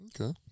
Okay